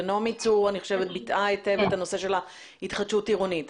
אני חושבת שנעמי צור ביטאה היטב את הנושא של ההתחדשות העירונית.